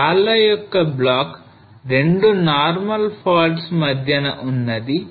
ఈ రాళ్ల యొక్క బ్లాక్ 2 normal faults మధ్యన ఉన్నది